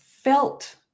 Felt